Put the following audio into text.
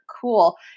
cool